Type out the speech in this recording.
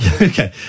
Okay